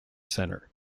centre